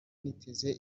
niteze